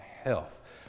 health